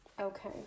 Okay